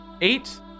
Eight